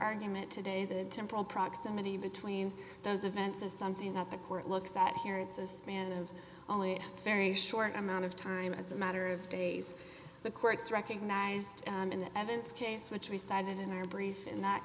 argument today the temporal proximity between those events is something that the court looks at here it's a span of only a very short amount of time as a matter of days the courts recognized in the evidence case which we started in our brief in that